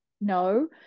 no